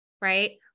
Right